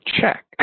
check